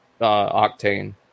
octane